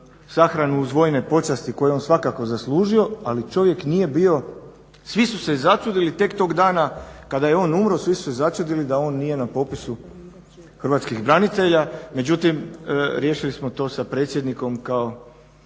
sahranu uz vojne počasti koje je on svakako zaslužio, ali čovjek nije bio, svi su se začudili tek tog dana kada je on umro svi su se začudili da on nije na popisu hrvatskih branitelja, međutim riješili smo to sa predsjednikom kao